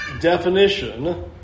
definition